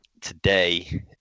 today